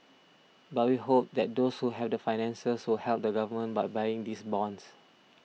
but we hope that those who have the finances will help the Government by buying these bonds